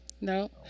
No